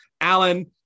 alan